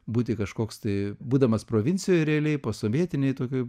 būti kažkoks tai būdamas provincijoj realiai posovietinėj tokioj